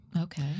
Okay